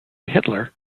hitler